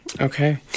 Okay